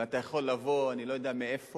ואתה יכול לבוא אני לא יודע מאיפה,